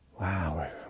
Wow